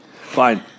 fine